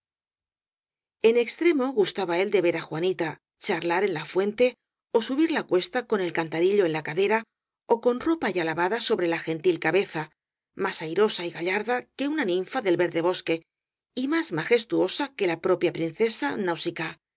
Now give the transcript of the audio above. en extremo gustaba él de ver á juanita charlai en la fuente ó subir la cuesta con el cantarillo en la cadera ó con ropa ya lavada sobre la gentil ca beza más airosa y gallarda que una ninfa del verde bosque y más majestuosa que la piopia princesa nausicaá